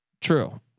True